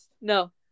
No